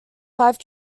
five